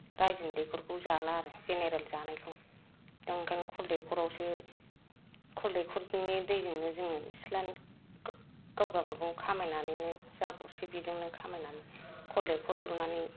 रायजोनि दैखरखौ जाला आरो जेनेरेल जानायखौ दा ओंखायनो कल दैखरावसो कल दैखरनि दैजोंनो जोङो सिथ्ला गाव गावबागाव खामायनानैनो जा गरसे बेजोंनो खामायनानैनो कल दैखर लुनानै